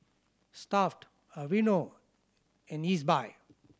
Stuff'd Aveeno and Ezbuy